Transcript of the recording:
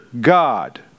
God